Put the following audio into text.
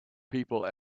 people